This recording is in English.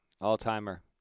All-timer